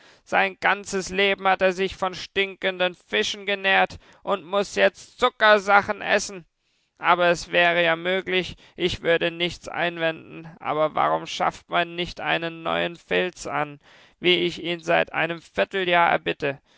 sein ganzes leben hat er sich von stinkenden fischen genährt und muß jetzt zuckersachen essen aber es wäre ja möglich ich würde nichts einwenden aber warum schafft man nicht einen neuen filz an wie ich ihn seit einem vierteljahr erbitte